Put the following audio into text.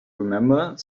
remember